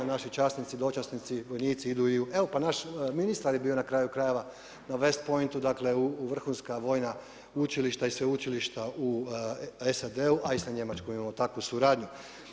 Naši časnici, dočasnici, vojnici idu i u … Pa i naš ministar je bio na kraju krajeva na West Pointu, dakle vrhunska vojna učilišta i sveučilišta u SAD-u, a i sa Njemačkom imamo takvu suradnju.